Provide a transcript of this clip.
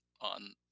on